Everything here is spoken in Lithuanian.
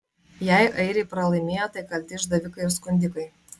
jei airiai pralaimėjo tai kalti išdavikai ir skundikai